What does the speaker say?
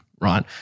right